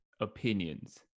opinions